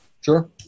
Sure